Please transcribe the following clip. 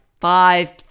five